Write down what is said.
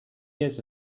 years